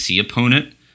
opponent